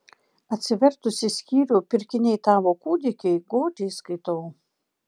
atsivertusi skyrių pirkiniai tavo kūdikiui godžiai skaitau